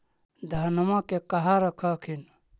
धनमा के कहा रख हखिन?